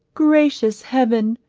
gracious heaven,